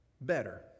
better